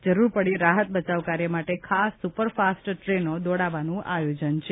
જરૂર પડ્યે રાહત બચાવકાર્ય માટે ખાસ સુપર ફાસ્ટ ટ્રેનો દોડાવવાનું આયોજન કરાયું છે